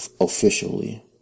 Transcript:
Officially